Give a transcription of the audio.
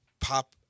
pop